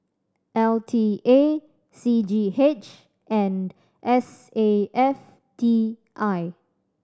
L T A C G H and S A F T I